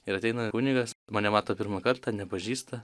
ir ateina kunigas mane mato pirmą kartą nepažįsta